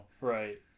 Right